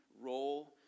role